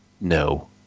No